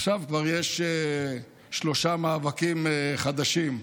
עכשיו כבר יש שלושה מאבקים חדשים,